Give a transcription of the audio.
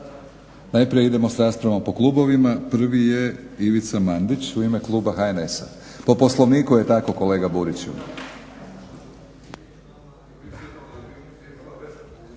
Najprije idemo s raspravom po klubovima. Prvi je Ivica Mandić u ime kluba HNS-a. Po Poslovniku je tako kolega Burić.